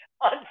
on